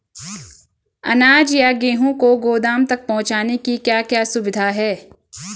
अनाज या गेहूँ को गोदाम तक पहुंचाने की क्या क्या सुविधा है?